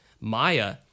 Maya